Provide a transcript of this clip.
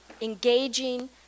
engaging